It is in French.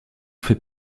fait